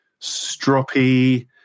stroppy